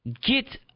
get